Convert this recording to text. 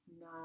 No